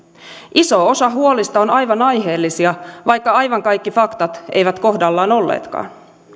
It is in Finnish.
iso osa huolista on aivan aiheellisia vaikka aivan kaikki faktat eivät kohdallaan olleetkaan